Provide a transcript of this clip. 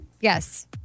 Yes